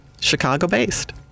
Chicago-based